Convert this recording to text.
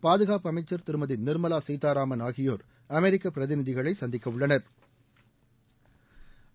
பாதுகாப்பு அமைச்சர் திருமதி நிர்மலா சீதாராமன் ஆகியோர் அமெரிக்க பிரதிநிதிகளை சந்திக்கவுள்ளனா்